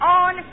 on